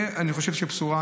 אני חושב שזאת בשורה.